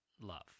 love